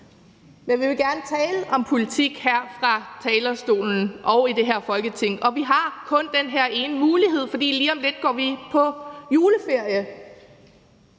Men vi vil gerne tale om politik her fra talerstolen og i det her Folketing, og vi har kun den her ene mulighed, for lige om lidt går vi på juleferie.